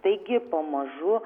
taigi pamažu